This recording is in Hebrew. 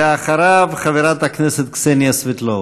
ואחריו, חברת הכנסת קסניה סבטלובה.